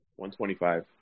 125